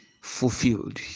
fulfilled